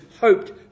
hoped